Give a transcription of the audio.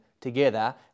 together